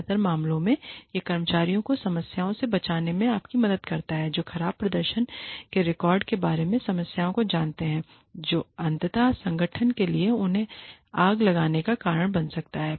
ज्यादातर मामलों में यह कर्मचारियों को समस्याओं से बचाने में आपकी मदद करता है जो खराब प्रदर्शन के रिकॉर्ड के बारे में समस्याओं को जानते हैं जो अंततः संगठन के लिए उन्हें आग लगाने का कारण बन सकता है